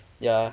ya